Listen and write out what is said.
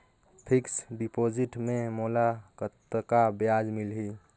Fixed deposit मे मोला कतका ब्याज मिलही?